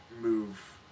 move